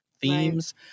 themes